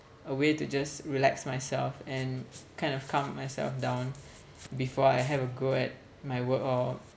a way to just relax myself and kind of calm myself down before I have a go at my work or